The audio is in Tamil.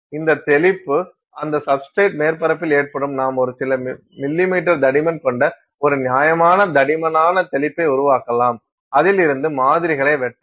இந்த தெளிப்பு அந்த சப்ஸ்டிரேட் மேற்பரப்பில் ஏற்படும் நாம் ஒரு சில மில்லிமீட்டர் தடிமன் கொண்ட ஒரு நியாயமான தடிமனான தெளிப்பை உருவாக்கலாம் அதிலிருந்து மாதிரிகளை வெட்டலாம்